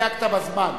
דייקת בזמן.